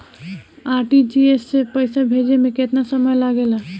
RTGS से पैसा भेजे में केतना समय लगे ला?